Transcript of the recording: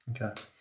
okay